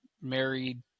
married